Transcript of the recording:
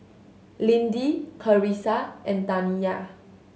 Lindy Carissa and Taniya